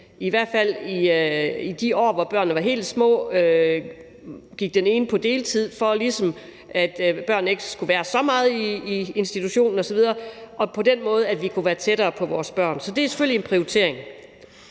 i hvert fald i de år, hvor børnene var helt små, for at de ikke skulle være så meget i institution osv., og sådan at vi kunne være tættere på vores børn. Så det er selvfølgelig en prioritering.